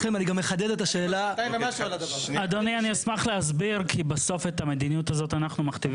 ועד היום לא הייתה שום סמכות לוועדה מקומית שמתקרבת